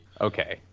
Okay